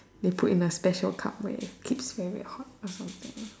put in a special cup where it keeps very hot or some thing